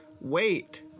Wait